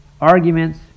arguments